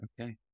Okay